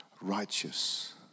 Righteous